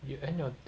you end your